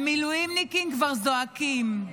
המילואימניקים כבר זועקים,